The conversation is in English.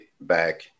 back